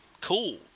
cool